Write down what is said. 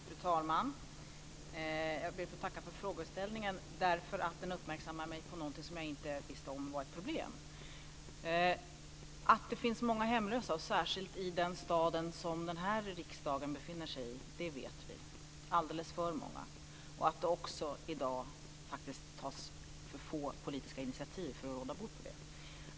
Fru talman! Jag ber att få tacka för frågeställningen, därför att den uppmärksammar mig på någonting som jag inte visste var ett problem. Att det finns många hemlösa, särskilt i den stad som den här riksdagen befinner sig i, vet vi - alldeles för många - och att det i dag också tas för få politiska initiativ för att råda bot på det.